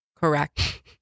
correct